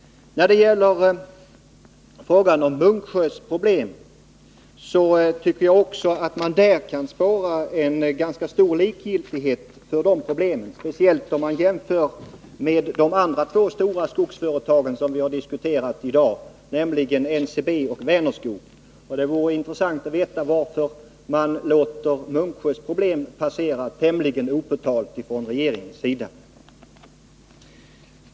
När det gäller Munksjös problem tycker jag också att man kan spåra en ganska stor likgiltighet för dessa, speciellt om man jämför med omtanken om de andra två stora skogsföretag som vi har diskuterat i dag, nämligen NCB och Vänerskog. Det vore intressant att få veta varför man låter Munksjös problem passera tämligen opåtalat från regeringens sida.